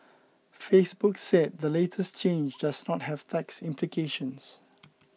Facebook said the latest change does not have tax implications